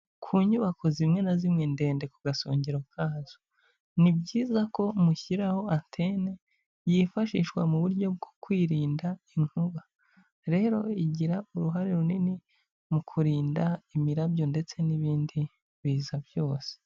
Ku nyubako zimwe na zimwe ndende ku gasongero kazo, ni byiza ko mushyiraho antene yifashishwa mu buryo bwo kwirinda inkuba, rero igira uruhare runini mu kurinda imirabyo ndetse n'ibindi biza byose.